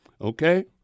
okay